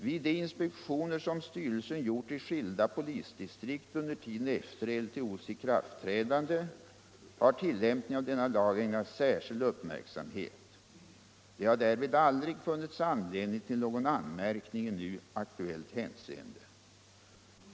Vid de inspektioner som styrelsen gjort i skilda polisdistrikt under tiden efter LTO:s ikraltträdande har ullämpningen av denna lag ägnats särskild uppmärksamhet. Det har därvid aldrig funnits anledning till någon anmärkning i nu aktuellt hänseende.